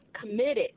committed